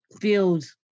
feels